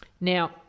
Now